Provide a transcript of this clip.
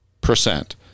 percent